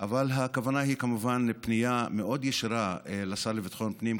אבל הכוונה היא כמובן לפנייה מאוד ישירה לשר לביטחון הפנים,